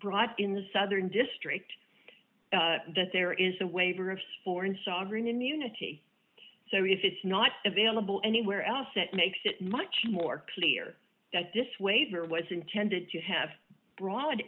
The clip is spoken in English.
brought in the southern district that there is a waiver of foreign sovereign immunity so if it's not available anywhere else it makes it much more clear that this waiver was intended to have broad